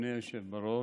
אדוני היושב בראש,